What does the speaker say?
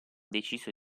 deciso